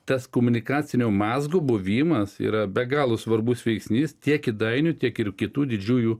tas komunikacinio mazgo buvimas yra be galo svarbus veiksnys tiek kėdainių tiek ir kitų didžiųjų